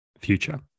future